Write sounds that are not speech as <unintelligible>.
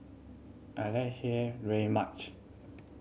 I like <unintelligible> very much